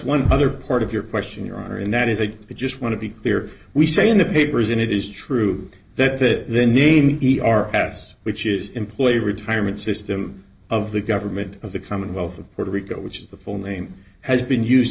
one other part of your question your honor and that is it i just want to be clear we say in the papers and it is true that the name e r s which is employee retirement system of the government of the commonwealth of puerto rico which is the full name has been used